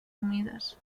humides